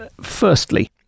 Firstly